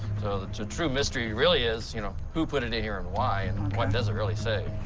so the true mystery really is, you know, who put it here and why, and what does it really say?